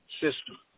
system